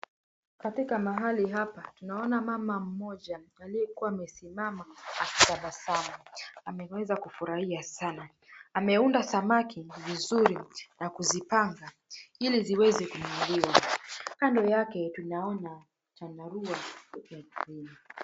Katika mahali hapa tunaona mama mmoja aliyekuwa amesimama akitabasamu. Ameweza kufurahia sana. Ameunda samaki vizuri na kuzipanga ili ziweze kununuliwa. Kando yake tunaona chandarua.